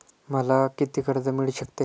मला किती कर्ज मिळू शकते?